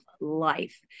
life